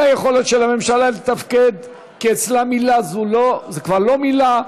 האי-יכולת של הממשלה לתפקד כי אצלה מילה היא כבר לא מילה,